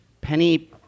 Penny